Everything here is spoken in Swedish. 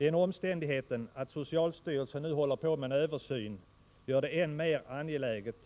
Den omständigheten att socialstyrelsen nu håller på med en översyn gör det än mer angeläget